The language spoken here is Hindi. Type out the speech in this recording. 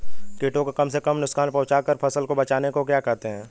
कीटों को कम से कम नुकसान पहुंचा कर फसल को बचाने को क्या कहते हैं?